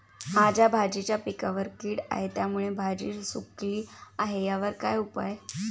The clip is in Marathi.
माझ्या भाजीच्या पिकावर कीड आहे त्यामुळे भाजी सुकली आहे यावर काय उपाय?